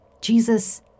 Jesus